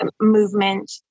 movement